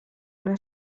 una